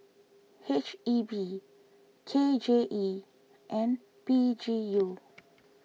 H E B K J E and P G U